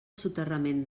soterrament